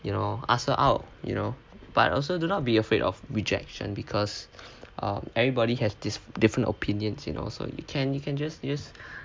you know ask her out you know but also do not be afraid of rejection because um everybody has this different opinions you know you can you can just use